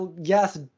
yes